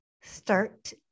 start